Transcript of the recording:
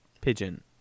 pigeon